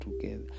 together